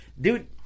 dude